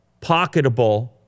pocketable